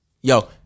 Yo